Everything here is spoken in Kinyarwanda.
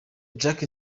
jack